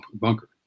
bunker